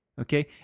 okay